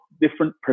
different